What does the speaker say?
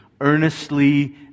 Earnestly